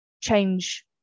change